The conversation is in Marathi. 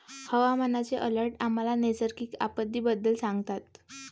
हवामानाचे अलर्ट आम्हाला नैसर्गिक आपत्तींबद्दल सांगतात